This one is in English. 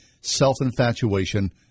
self-infatuation